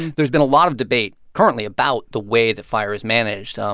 there's been a lot of debate, currently, about the way the fire is managed, um